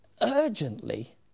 urgently